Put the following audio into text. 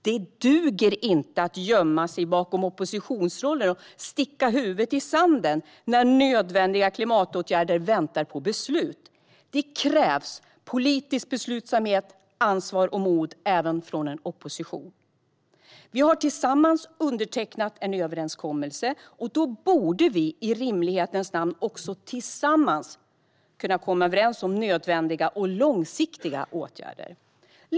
Det duger inte att gömma sig bakom oppositionsrollen och sticka huvudet i sanden när nödvändiga klimatåtgärder väntar på beslut. Det krävs politisk beslutsamhet, ansvar och mod även från en opposition. Vi har tillsammans undertecknat en överenskommelse, och då borde vi i rimlighetens namn också tillsammans kunna komma överens om nödvändiga och långsiktiga åtgärder.